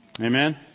Amen